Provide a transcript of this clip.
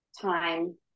time